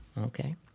Okay